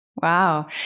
Wow